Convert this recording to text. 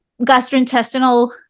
gastrointestinal